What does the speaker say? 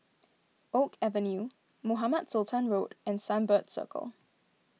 Oak Avenue Mohamed Sultan Road and Sunbird Circle